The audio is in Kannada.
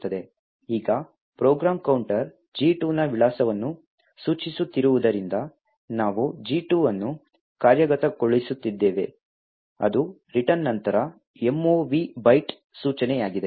ಈಗ ಪ್ರೋಗ್ರಾಮ್ ಕೌಂಟರ್ G2 ನ ವಿಳಾಸವನ್ನು ಸೂಚಿಸುತ್ತಿರುವುದರಿಂದ ನಾವು G2 ಅನ್ನು ಕಾರ್ಯಗತಗೊಳಿಸುತ್ತಿದ್ದೇವೆ ಅದು return ನಂತರ mov byte ಸೂಚನೆಯಾಗಿದೆ